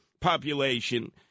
population